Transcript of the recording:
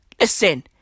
Listen